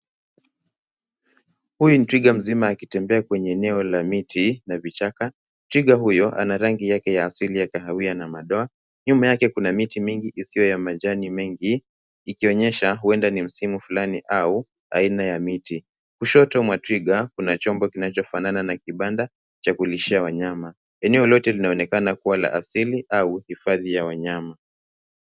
Huyu ni twiga mzima akitembea kwenye eneo la miti na vichaka. Twiga huyo ana rangi yake ya asili ya kahawia na madoa. Nyuma yake kuna miti mingi isiyo na majani mengi ikionyesha huenda ni msimu fulani au aina ya miti. Kushoto mwa twiga kunachombo kinachofanana na kibanda cha kulishia wanyama. Eneo lote linaonekana kuwa asili au hifadhi ya wanyama.